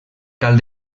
cal